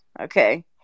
Okay